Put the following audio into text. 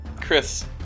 Chris